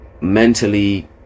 mentally